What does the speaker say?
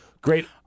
Great